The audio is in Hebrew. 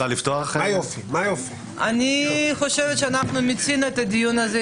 אני חושבת שאנחנו מיצינו את הדיון הזה,